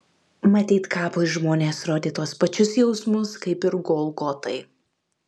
matyt kapui žmonės rodė tuos pačius jausmus kaip ir golgotai